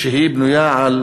שבנויה על